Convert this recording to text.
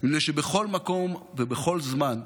מפני שבכל מקום ובכל זמן,